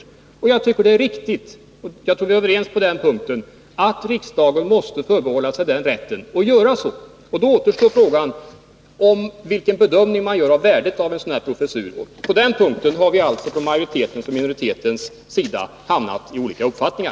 Jag tycker att detta är riktigt, och jag tror att vi är överens på den punkten: riksdagen måste förbehålla sig rätten att göra så. Då återstår frågan om hur man bedömer värdet av en sådan professur, och på den punkten har vi alltså från majoritetens och minoritetens sida hamnat i olika uppfattningar.